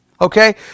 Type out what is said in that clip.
Okay